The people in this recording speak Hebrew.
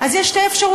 אז יש שתי אפשרויות: